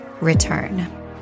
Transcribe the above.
return